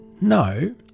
no